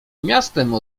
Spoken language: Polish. miastem